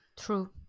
true